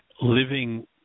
living